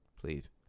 Please